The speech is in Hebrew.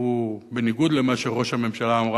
שהוא, בניגוד למה שראש הממשלה אמר,